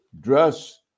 dress